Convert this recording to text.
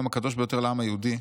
היום הקדוש ביותר לעם היהודי,